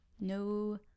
no